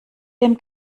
dem